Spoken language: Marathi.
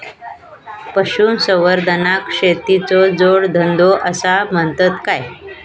पशुसंवर्धनाक शेतीचो जोडधंदो आसा म्हणतत काय?